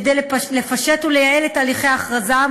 כדי לפשט ולייעל את הליכי ההכרזה,